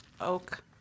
oak